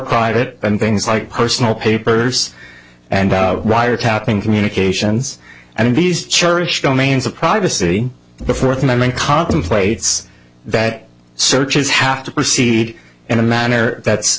private and things like personal papers and wiretapping communications and these cherished domains of privacy the fourth amendment contemplates that searches have to proceed in a manner that's